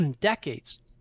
decades